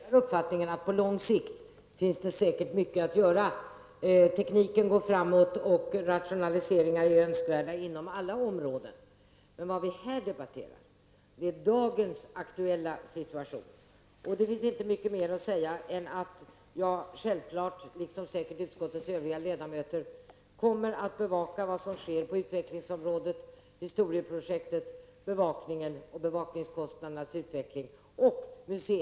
Herr talman! Jag vill gärna säga till Anders Nilsson att jag delar uppfattningen att det på lång sikt säkert finns mycket att göra. Tekniken går ju framåt, och rationaliseringar är önskvärda inom alla områden. Men vad vi här debatterar är den situation som är aktuell i dag. Det finns inte särskilt mycket mera att säga. Men självfallet kommer jag, liksom utskottets övriga ledamöter säkert kommer att göra, att bevaka vad som sker på utvecklingsområdet. Det gäller då historieprojektet, bevakningen och utvecklingen beträffande bevakningskostnaderna.